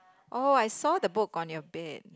oh I saw the book on your bed